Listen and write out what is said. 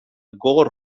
gogor